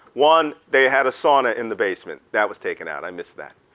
one, they had a sauna in the basement. that was taken out, i missed that.